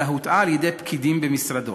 אלא הוטעה על-ידי פקידים במשרדו.